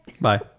bye